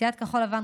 סיעת כחול לבן,